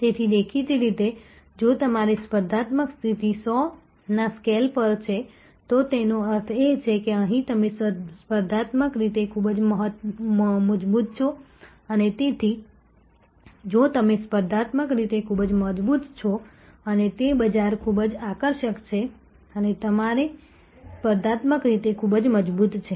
તેથી દેખીતી રીતે જો તમારી સ્પર્ધાત્મક સ્થિતિ 100 ના સ્કેલ પર છે તો તેનો અર્થ એ છે કે અહીં તમે સ્પર્ધાત્મક રીતે ખૂબ જ મજબૂત છો અને તેથી જો તમે સ્પર્ધાત્મક રીતે ખૂબ જ મજબૂત છો અને તે બજાર ખૂબ જ આકર્ષક છે અને તમારી સ્પર્ધાત્મક રીતે ખૂબ જ મજબૂત છે